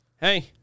Hey